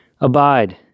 Abide